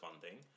funding